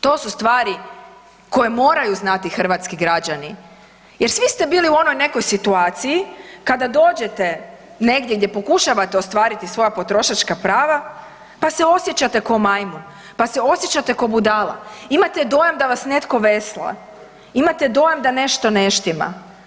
To su stvari koje moraju znati hrvatski građani jer svi ste bili u onoj nekoj situaciji kada dođete negdje gdje pokušavate ostvariti svoja potrošačka prava, pa se osjećate ko majmun, pa se osjećate ko budala, imate dojam da vas netko vesla, imate dojam da nešto ne štima.